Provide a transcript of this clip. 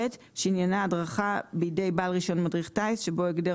שעניינה הדרכה בידי בעל רישיון מדריך טיס שבו הגדר